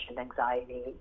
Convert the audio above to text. anxiety